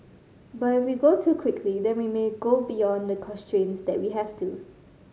but if we go too quickly then we may go beyond the constraints that we have to